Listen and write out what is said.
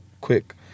quick